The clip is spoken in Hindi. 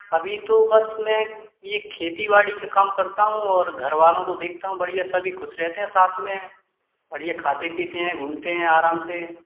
अभी तो बस मैं ये खेती बाड़ी का काम करता हूँ और घर वालों को देखता हूँ बढ़िया सभी ख़ुश रहते हैं साथ में बढ़िया खाते पीते हैं घूमते हैं आराम से